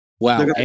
Wow